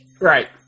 Right